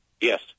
Yes